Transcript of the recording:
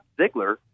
Ziggler